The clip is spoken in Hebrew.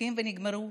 הולכים ונגמרים,